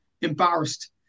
embarrassed